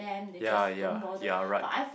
ya ya you're right